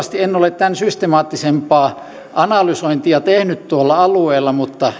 en ole tämän systemaattisempaa analysointia tehnyt tuolla alueella mutta